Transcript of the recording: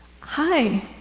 Hi